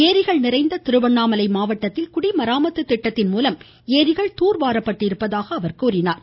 ஏரிகள் நிறைந்த திருவண்ணாமலை மாவட்டத்தில் குடி மராமத்து திட்டத்தின்மூலம் ஏரிகள் தூர் வாரப்பட்டிருப்பதாக கூறினார்